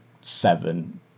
seven